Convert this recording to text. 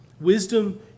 Wisdom